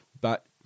but-